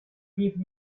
give